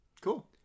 Cool